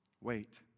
wait